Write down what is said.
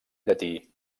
llatí